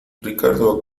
ricardo